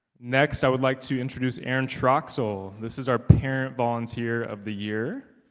next i would like to introduce aaron troxel, this is our parent volunteer of the year